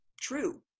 true